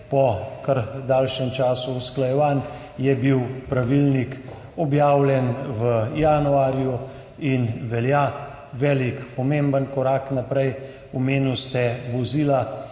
Po kar daljšem času usklajevanj je bil pravilnik objavljen v januarju in velja velik, pomemben korak naprej. Omenili ste vozila,